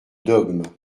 dogmes